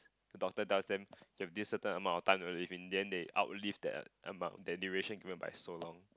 the doctor tells them you have this certain amount of time to live in then they outlive that amount that duration given by so long